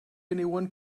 anyone